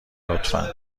لطفا